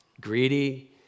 greedy